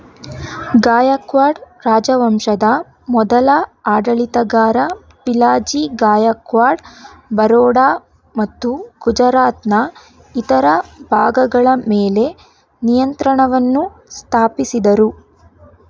ಗಾಯಕ್ವಾಡ್ ರಾಜವಂಶದ ಮೊದಲ ಆಡಳಿತಗಾರ ಪಿಲಾಜಿ ಗಾಯಕ್ವಾಡ್ ಬರೋಡಾ ಮತ್ತು ಗುಜರಾತ್ನ ಇತರ ಭಾಗಗಳ ಮೇಲೆ ನಿಯಂತ್ರಣವನ್ನು ಸ್ಥಾಪಿಸಿದರು